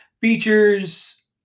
features